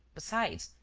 besides,